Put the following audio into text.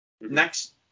next